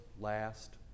last